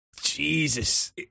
Jesus